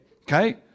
okay